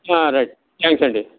right thanks అండి